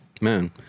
Man